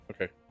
Okay